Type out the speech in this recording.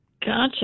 gotcha